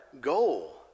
goal